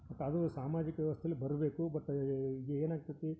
but ಅದು ಸಾಮಾಜಿಕ ವ್ಯವಸ್ಥೆಯಲ್ಲಿ ಬರಬೇಕು ಬಟ್ ಏನು ಆಗ್ತದೆ